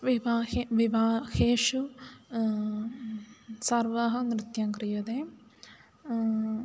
विवाहे विवाहेषु सर्वाः नृत्यं क्रियते